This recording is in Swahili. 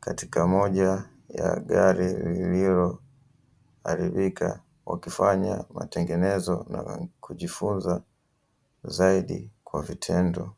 katika moja ya gari lililoharibika, wakifanya matengenezo na kujifunza zaidi kwa vitendo.